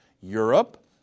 Europe